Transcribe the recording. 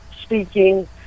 speaking